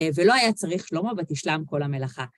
ולא היה צריך שלמה ותשלם כל המלאכה.